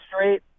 straight